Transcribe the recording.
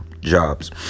jobs